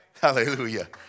hallelujah